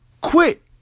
quit